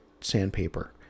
sandpaper